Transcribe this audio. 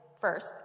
first